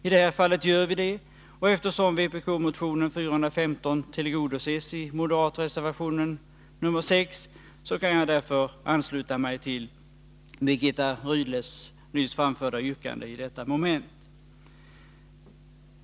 I det här fallet gör vi det, och eftersom vpk-motionen 415 tillgodoses i moderat-reservation nr 6 kan jag ansluta mig till Birgitta Rydles nyss framförda yrkande i detta moment.